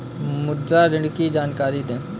मुद्रा ऋण की जानकारी दें?